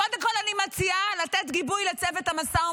קודם כול אני מציעה לתת גיבוי לצוות המשא ומתן,